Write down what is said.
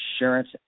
Insurance